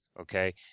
okay